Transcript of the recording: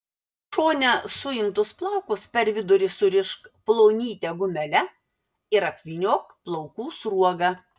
šone suimtus plaukus per vidurį surišk plonyte gumele ir apvyniok plaukų sruoga